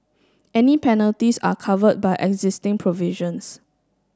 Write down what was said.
any penalties are covered by existing provisions